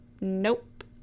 nope